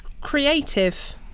creative